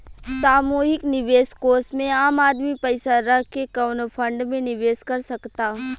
सामूहिक निवेश कोष में आम आदमी पइसा रख के कवनो फंड में निवेश कर सकता